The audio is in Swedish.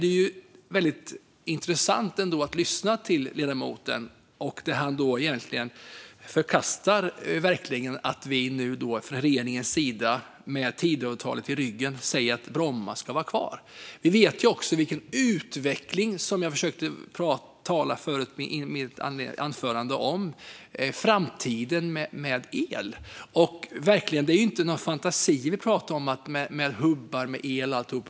Därför är det intressant att lyssna till ledamoten när han egentligen förkastar att regeringen med Tidöavtalet i ryggen säger att Bromma flygplats ska vara kvar. Jag tog i mitt anförande upp utvecklingen med el i framtiden. Det är inte några fantasier när vi pratar om hubbar med el.